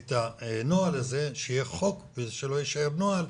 את הנוהל הזה שיהיה חוק ושלא יישאר נוהל,